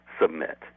submit